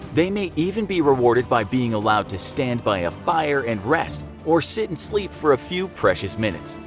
they may even be rewarded by being allowed to stand by a fire and rest, or sit and sleep for a few precious minutes.